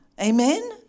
Amen